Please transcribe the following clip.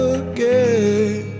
again